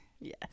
Yes